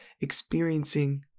experiencing